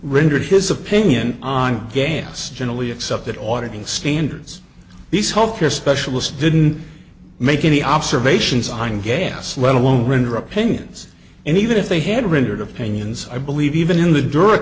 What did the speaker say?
rendered his opinion on gantz generally accepted audit and standards these health care specialist didn't make any observations on gas let alone render opinions and even if they had rendered opinions i believe even in the d